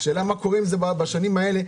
השאלה מה קורה עם זה בשנים האלה,